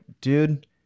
dude